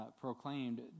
proclaimed